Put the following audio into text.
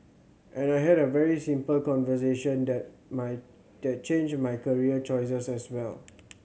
and I had a very simple conversation that my that changed my career choices as well